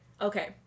okay